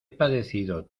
padecido